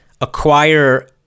acquire